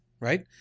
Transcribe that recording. Right